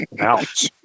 Ouch